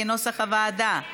כנוסח הוועדה.